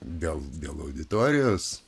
dėl dėl auditorijos